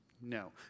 No